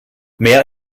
mehr